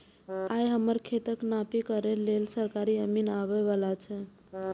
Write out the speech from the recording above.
आइ हमर खेतक नापी करै लेल सरकारी अमीन आबै बला छै